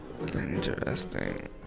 Interesting